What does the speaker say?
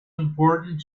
important